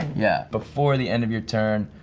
yeah, before the end of your turn,